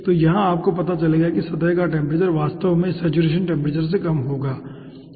तो यहां आपको पता चलेगा कि सतह का टेम्परेचर वास्तव में सेचुरेशन टेम्परेचर से कम होगा ठीक है